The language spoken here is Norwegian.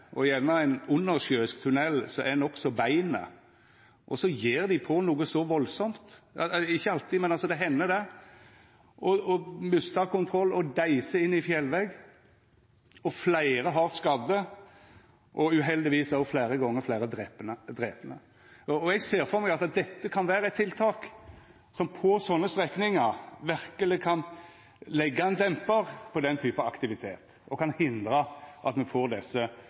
tunell, gjerne ein undersjøisk tunell som er nokså bein, og så gjev dei på noko så veldig – ikkje alltid, men det hender – og mistar kontroll og deiser inn i fjellveggen, og fleire vert hardt skadde, og uheldigvis vert også fleire gonger fleire drepne. Eg ser for meg at dette kan vera eit tiltak som på sånne strekningar verkeleg kan leggja ein dempar på den typen aktivitet, og kan hindra at me får desse